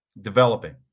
developing